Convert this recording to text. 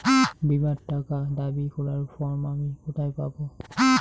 বীমার টাকা দাবি করার ফর্ম আমি কোথায় পাব?